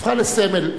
הפכה לסמל,